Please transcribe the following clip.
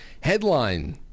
Headline